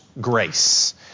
grace